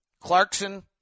Clarkson